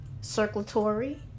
Circulatory